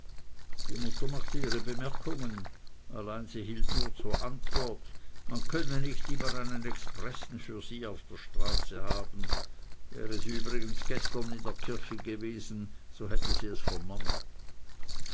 die mutter machte ihre bemerkungen allein sie erhielt zur antwort man könne nicht einen expressen für sie auf der straße haben wäre sie übrigens gestern in der kirche gewesen so hätte sie es vernommen